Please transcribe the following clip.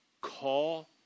call